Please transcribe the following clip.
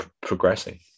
progressing